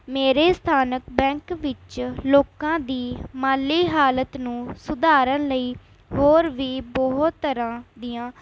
ਮੇਰੇ ਸਥਾਨਕ ਬੈਂਕ ਵਿੱਚ ਲੋਕਾਂ ਦੀ ਮਾਲੀ ਹਾਲਤ ਨੂੰ ਸੁਧਾਰਨ ਲਈ ਹੋਰ ਵੀ ਬਹੁਤ ਤਰ੍ਹਾਂ ਦੀਆਂ